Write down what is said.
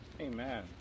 Amen